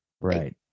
Right